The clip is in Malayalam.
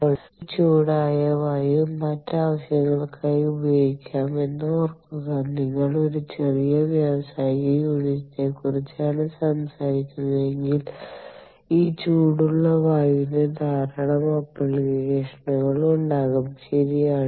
ഇപ്പോൾ ഈ ചൂടായ വായു മറ്റ് ആവശ്യങ്ങൾക്കായി ഉപയോഗിക്കാമെന്ന് ഓർക്കുക നിങ്ങൾ ഒരു ചെറിയ വ്യാവസായിക യൂണിറ്റിനെക്കുറിച്ചാണ് സംസാരിക്കുന്നതെങ്കിൽ ഈ ചൂടുള്ള വായുവിന് ധാരാളം ആപ്ലിക്കേഷനുകൾ ഉണ്ടാകും ശരിയാണ്